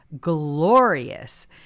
glorious